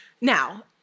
Now